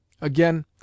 Again